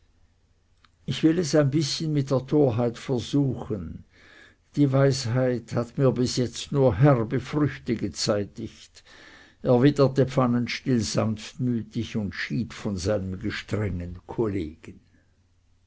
ich will es ein bißchen mit der torheit versuchen die weisheit hat mir bis jetzt nur herbe früchte gezeitigt erwiderte pfannenstiel sanftmütig und schied von seinem gestrengen kollegen